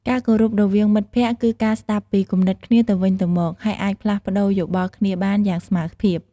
ការគោរពរវាងមិត្តភក្តិ គឺការស្ដាប់ពីគំនិតគ្នាទៅវិញទៅមក ហើយអាចផ្លាស់ប្ដូរយោបល់គ្នាបានយ៉ាងស្មើភាព។